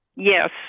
Yes